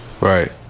Right